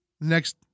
next